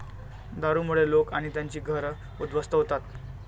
दारूमुळे लोक आणि त्यांची घरं उद्ध्वस्त होतात